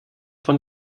von